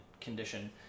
condition